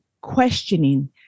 questioning